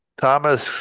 Thomas